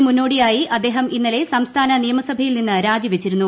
ഇതിന് മുന്നോടിയായി അദ്ദേഹം ഇന്നലെ സംസ്ഥാന നിയമസഭയിൽ നിന്ന് രാജി വച്ചിരുന്നു